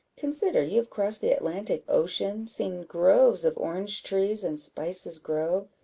consider, you have crossed the atlantic ocean, seen groves of orange-trees and spices grow,